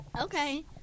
Okay